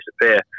disappear